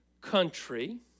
country